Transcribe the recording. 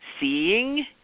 seeing